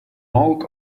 old